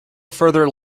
further